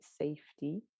safety